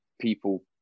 people